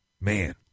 Man